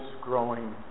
growing